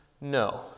No